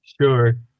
Sure